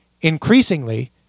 increasingly